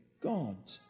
God